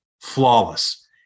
flawless